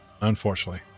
Unfortunately